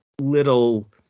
little